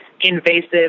invasive